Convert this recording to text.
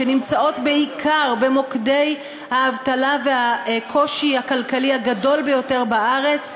שנמצאות בעיקר במוקדי האבטלה והקושי הכלכלי הגדול ביותר בארץ,